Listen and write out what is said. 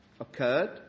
occurred